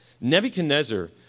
Nebuchadnezzar